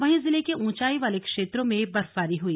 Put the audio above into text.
वहीं जिले के ऊंचाई वाले क्षेत्रों में बर्फबारी हुई